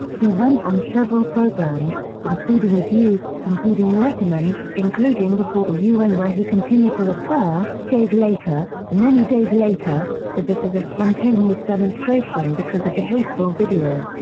he went on several programs, including the view, including letterman, including before the un where he continued to refer, days later, many days later, to this as a spontaneous demonstration because of a hateful video.